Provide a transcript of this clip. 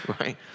right